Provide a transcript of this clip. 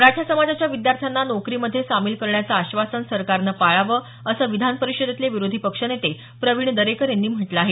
मराठा समाजाच्या विद्यार्थ्यांना नोकरीमध्ये सामील करण्याचं आश्वासन सरकारनं पाळावं असं विधान परिषदेतले विरोधी पक्षनेते प्रवीण दरेकर यांनी म्हटलं आहे